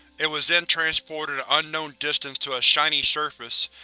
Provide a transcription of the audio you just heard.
it was then transported an unknown distance to a shiny surface,